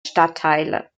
stadtteile